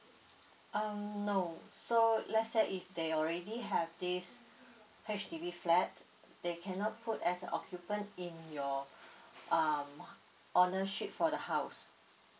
um no so let's say if they already have this H_D_B flat they cannot put as an occupant in your um ownership for the house